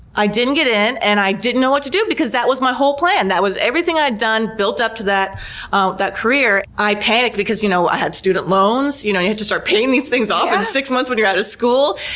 i didn't get in and i didn't know what to do because that was my whole plan. that was everything i had done built up to that um that career. i panicked because, you know, i had student loans, you know you have to start paying these things off in six months when you're out of school.